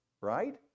right